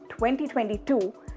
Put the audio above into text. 2022